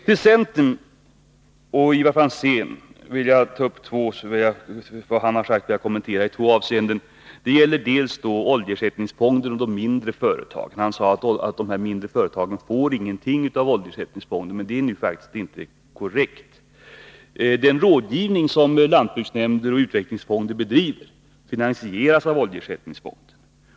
Jag vill i två avseenden kommentera centerpartisten Ivar Franzéns uttalanden. Ett gäller bl.a. oljeersättningsfonden och de mindre företagen. Han sade att de mindre företagen inte får någonting från oljeersättningsfonden. Men det är faktiskt inte korrekt. Den rådgivning som lantbruksnämnder och utvecklingsfonder bedriver finansieras av oljeersättningsfonden.